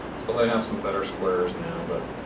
so they have some better squares now but